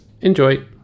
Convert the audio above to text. Enjoy